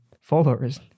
followers